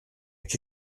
che